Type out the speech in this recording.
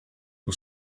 who